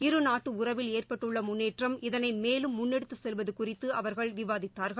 இரு நாட்டு உறவில் ஏற்பட்டுள்ள முன்னேற்றம் இதனை மேலும் முன்னெடுத்து செல்வது குறித்து அவர்கள் விவாதித்தார்கள்